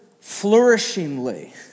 flourishingly